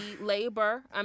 labor